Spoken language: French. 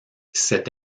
cet